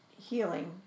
healing